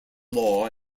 law